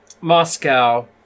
Moscow